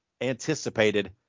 anticipated